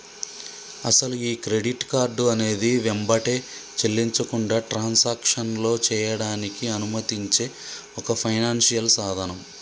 అసలు ఈ credit card అనేది వెంబటే చెల్లించకుండా ట్రాన్సాక్షన్లో చేయడానికి అనుమతించే ఒక ఫైనాన్షియల్ సాధనం